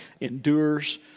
endures